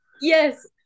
Yes